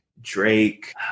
Drake